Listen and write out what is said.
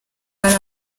hari